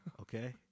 okay